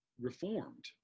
reformed